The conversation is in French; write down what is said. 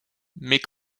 mais